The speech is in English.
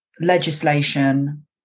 legislation